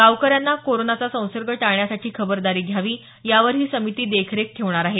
गावकऱ्यांना कोरोनाचा संसर्ग टाळण्यासाठी खबरदारी घ्यावी यावर ही समिती देखरेख ठेवणार आहे